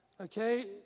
Okay